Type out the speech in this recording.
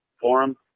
forum